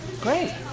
Great